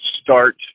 start